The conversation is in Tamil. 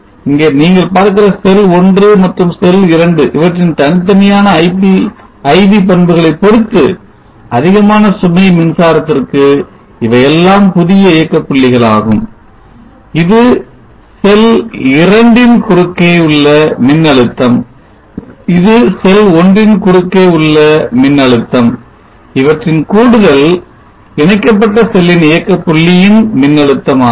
இங்கே நீங்கள் பார்க்கிற செல் 1 மற்றும் செல் 2 இவற்றின் தனித்தனியான IV பண்புகளை பொறுத்து அதிகமான சுமை மின்சாரத்திற்கு இவை எல்லாம் புதிய இயக்கப் புள்ளிகளாகும் இது செல் 2 ன் குறுக்கே உள்ள மின்னழுத்தம் இது செல் 1 ன் குறுக்கே உள்ள மின்னழுத்தம் இவற்றின் கூடுதல் ஒருங்கிணைக்கப்பட்ட செல்லின் இயக்கப் புள்ளியின் மின்னழுத்தம் ஆகும்